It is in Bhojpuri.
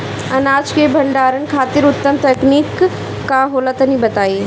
अनाज के भंडारण खातिर उत्तम तकनीक का होला तनी बताई?